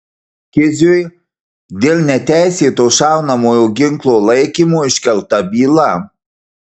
kiziui dėl neteisėto šaunamojo ginklo laikymo iškelta byla